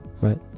Right